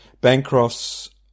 Bancroft's